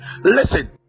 Listen